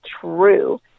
true